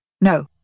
No